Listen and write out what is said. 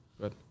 Good